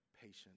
patience